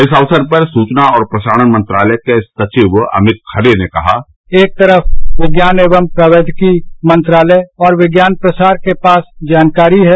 इस अवसर पर सूचना और प्रसारण मंत्रालय के सचिव अमित खरे ने कहा एक तरफ विज्ञान एवं प्रौद्योगिकी मंत्रालय और विज्ञान प्रसार के पास जानकारी है